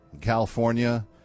California